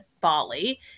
Bali